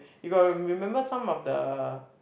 you got to remember some of the